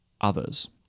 others